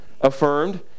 affirmed